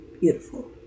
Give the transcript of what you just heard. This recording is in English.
beautiful